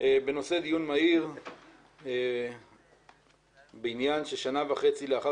בנושא דיון מהיר בעניין ששנה וחצי לאחר